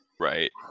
Right